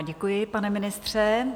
Děkuji, pane ministře.